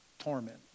torment